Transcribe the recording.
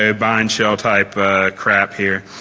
ah buy and shell type crap here.